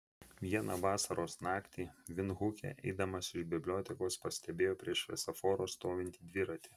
vieną vasaros naktį vindhuke eidamas iš bibliotekos pastebėjo prie šviesoforo stovintį dviratį